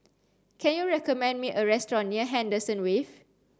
can you recommend me a restaurant near Henderson Wave